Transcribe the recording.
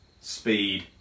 speed